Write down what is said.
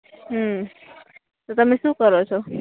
હમ તો તમે શું કરો છો